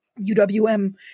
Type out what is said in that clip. UWM